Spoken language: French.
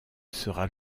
sera